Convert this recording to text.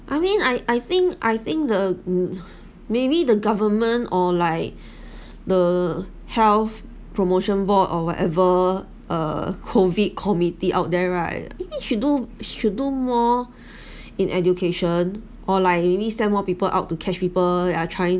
I mean I I think I think the maybe the government or like the health promotion board or whatever uh COVID committee out there right maybe should do should do more in education or like really send more people out to catch people that are trying